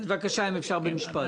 בבקשה, משפט.